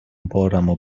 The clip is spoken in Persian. بارمو